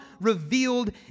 revealed